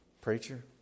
preacher